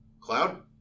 Cloud